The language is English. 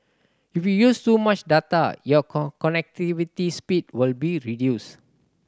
if you use too much data your connectivity speed will be reduced